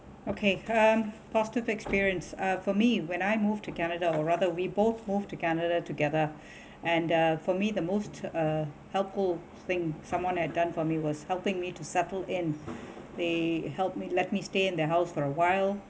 okay um positive experience uh for me when I move to canada or rather we both move to canada together and the for me the most uh helpful thing someone had done for me was helping me to settle in they helped me let me stay in their house for awhile